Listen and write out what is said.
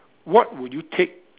what would you take